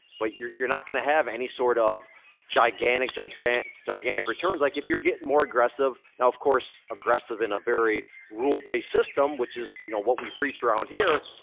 but you're you're not gonna have any sort of gigantic, gigantic gigantic returns. like, if you're getting more aggressive, now, of course aggressive in a very rule-based system, which is you know what we preach around here.